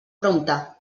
prompte